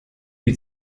die